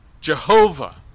Jehovah